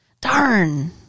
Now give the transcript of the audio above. Darn